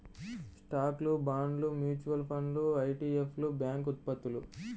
స్టాక్లు, బాండ్లు, మ్యూచువల్ ఫండ్లు ఇ.టి.ఎఫ్లు, బ్యాంక్ ఉత్పత్తులు